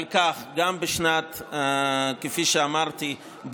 כפי שאמרתי,